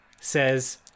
says